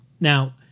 Now